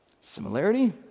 Similarity